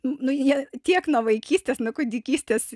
nu jie tiek nuo vaikystės nuo kūdikystės